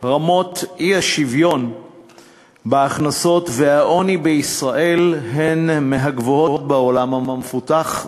רמות האי-שוויון בהכנסות ובעוני בישראל הן מהגבוהות בעולם המפותח.